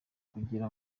kugira